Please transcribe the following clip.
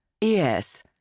Yes